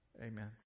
Amen